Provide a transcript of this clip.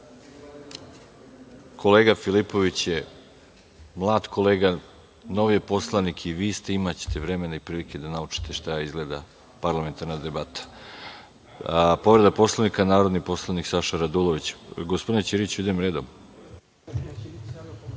Filipović je mlad kolega, novi poslanik i vi ste, imaćete i vremena i prilike da naučite šta izgleda parlamentarna debata. Povreda poslovnika narodni poslanik Saša Radulović. Gospodine Ćiriću idem redom.